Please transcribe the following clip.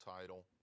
title